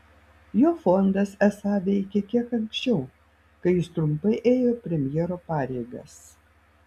jo fondas esą veikė kiek anksčiau kai jis trumpai ėjo premjero pareigas